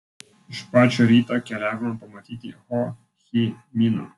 iš pačio ryto keliavome pamatyti ho chi mino